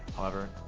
however,